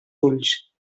ulls